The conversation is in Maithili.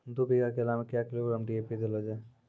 दू बीघा केला मैं क्या किलोग्राम डी.ए.पी देले जाय?